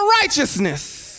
righteousness